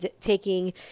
taking